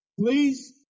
please